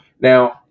Now